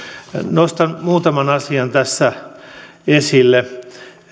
nostan muutaman asian tässä esille